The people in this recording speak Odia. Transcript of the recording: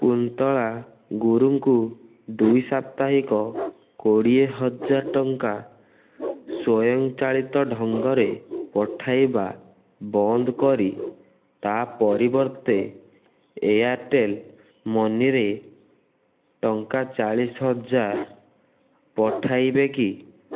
କୁନ୍ତଳା ଗୁରୁଙ୍କୁ ଦ୍ୱିସାପ୍ତାହିକ କୋଡ଼ିଏ ହଜାର ଟଙ୍କା ସ୍ୱୟଂ ଚାଳିତ ଢଙ୍ଗରେ ପଠାଇବା ବନ୍ଦ କରି ତା ପରିବର୍ତ୍ତେ ଏୟାର୍ଟେଲ୍ ମନିରେ ଟଙ୍କା ଚାଳିଶି ହଜାର ପଠାଇବେ କି